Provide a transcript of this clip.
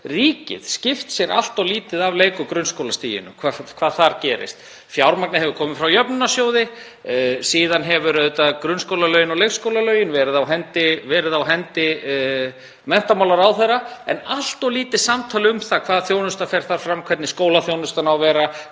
hefur skipt sér allt of lítið af leik- og grunnskólastiginu, hvað gerist þar. Fjármagnið hefur komið frá jöfnunarsjóði. Síðan hafa auðvitað grunnskólalögin og leikskólalögin verið á hendi menntamálaráðherra en allt of lítið samtal verið um það hvaða þjónusta fer þar fram, hvernig skólaþjónustan á vera,